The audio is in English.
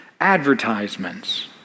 advertisements